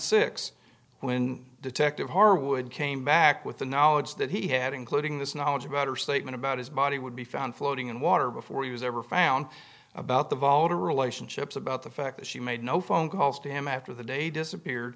six when detective harwood came back with the knowledge that he had including this knowledge about her statement about his body would be found floating in water before he was ever found about the volga relationships about the fact that she made no phone calls to him after the day he disappeared